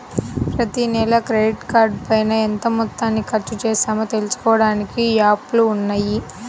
ప్రతినెలా క్రెడిట్ కార్డుపైన ఎంత మొత్తాన్ని ఖర్చుచేశామో తెలుసుకోడానికి యాప్లు ఉన్నయ్యి